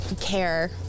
care